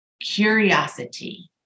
curiosity